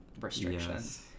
restrictions